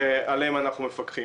שעליהם אנחנו מפקחים,